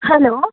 hello